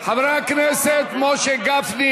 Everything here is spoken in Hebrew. חבר הכנסת משה גפני